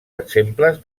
exemples